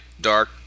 dark